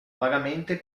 vagamente